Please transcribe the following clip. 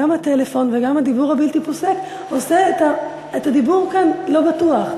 גם הטלפון וגם הדיבור הבלתי-פוסק עושה את הדיבור כאן לא בטוח.